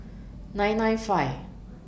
nine nine five